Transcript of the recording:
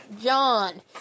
John